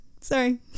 sorry